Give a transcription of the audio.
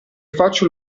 faccio